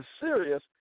serious